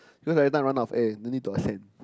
cause every time I run out air then need to ascend